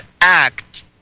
act